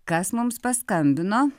kas mums paskambino